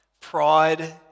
Pride